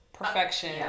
perfection